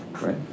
right